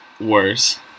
worse